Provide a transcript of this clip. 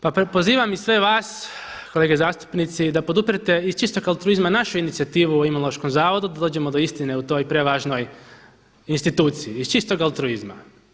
Pa pozivam i sve vas kolege zastupnici da poduprete iz čistog altruizma našu inicijativu o Imunološkom zavodu da dođemo do istine u toj prevažnoj instituciji iz čistog altruizma.